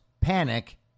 panic